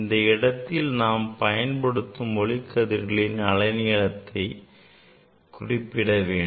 இந்த இடத்தில் நாம் பயன்படுத்தும் ஒளிக்கதிர்களின் அலைநீளத்தை குறிப்பிட வேண்டும்